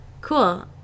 Cool